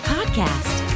Podcast